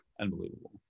Unbelievable